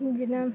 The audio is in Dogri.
जि'यां